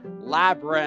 Labyrinth